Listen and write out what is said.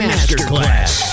Masterclass